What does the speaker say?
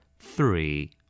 Three